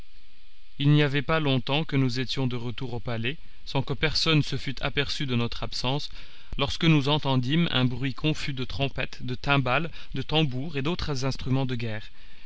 il n'y avait pas longtemps que nous étions de retour au palais sans que personne se fût aperçu de notre absence lorsque nous entendîmes un bruit confus de trompettes de timbales de tambours et d'autres instruments de guerre